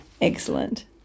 Excellent